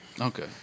Okay